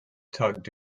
tugged